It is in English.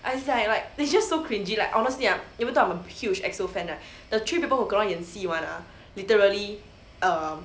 it's just so cringey like honestly ah even though I'm a huge E_X_O fan right the three people who cannot 演戏 [one] ah literally